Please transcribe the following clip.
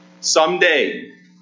Someday